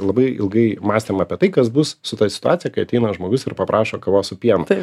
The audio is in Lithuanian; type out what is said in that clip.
labai ilgai mąstėm apie tai kas bus su ta situacija kai ateina žmogus ir paprašo kavos su pienu